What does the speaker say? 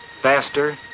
faster